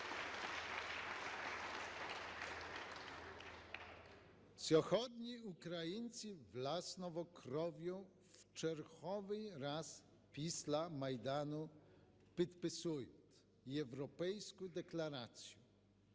Сьогодні українці власною кров'ю в черговий раз після Майдану підписують європейську декларацію.